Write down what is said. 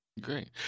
Great